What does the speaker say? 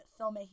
filmmaking